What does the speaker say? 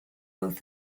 both